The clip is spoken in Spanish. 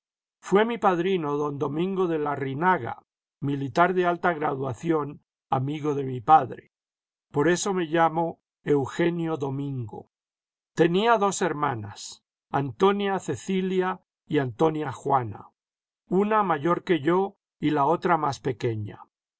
fué mi padrino don domingo de larrinaga militar de alta graduación amigo de mi padre por eso yo me llamo eugenio domingo tenía dos hermanas antonia cecilia y antonia juana una mayor qae yo y la otra más pequeña